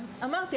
אמרתי,